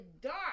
dark